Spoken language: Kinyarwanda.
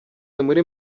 muri